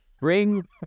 Bring